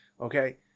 okay